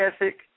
ethic